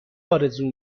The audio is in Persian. آرزو